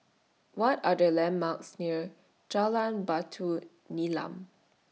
What Are The landmarks near Jalan Batu Nilam